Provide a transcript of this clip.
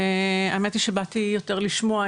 האמת היא שבאתי יותר לשמוע,